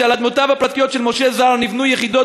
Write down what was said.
כשעל אדמותיו הפרטיות של משה זר בברקן